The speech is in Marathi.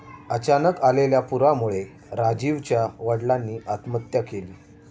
अचानक आलेल्या पुरामुळे राजीवच्या वडिलांनी आत्महत्या केली